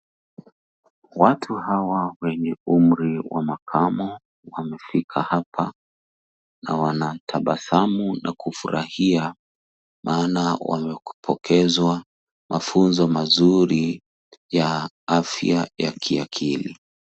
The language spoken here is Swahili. Watu hawa wenye umri wa makamo wamefika hapa na wanatabasamu na kufurahia maana wamepokezwa mafunzo mazuri ya afya ya kiakili.